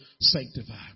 sanctified